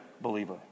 believer